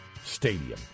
Stadium